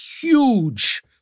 huge